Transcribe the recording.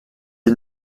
est